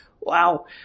Wow